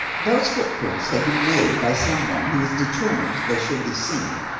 those footprints had been made by some one who was determined they should be seen,